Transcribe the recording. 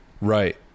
right